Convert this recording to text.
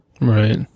Right